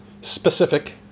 specific